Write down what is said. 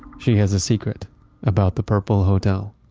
she has a secret about the purple hotel.